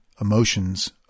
emotions